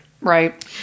Right